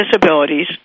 disabilities